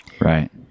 Right